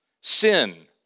sin